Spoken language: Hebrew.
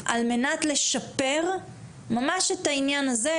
על מנת לשפר ממש את העניין הזה,